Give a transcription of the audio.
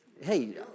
hey